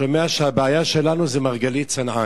שומע שהבעיה שלנו זה מרגלית צנעני.